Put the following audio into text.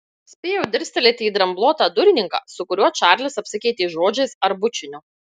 spėjau dirstelėti į dramblotą durininką su kuriuo čarlis apsikeitė žodžiais ar bučiniu